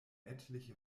etliche